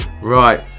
right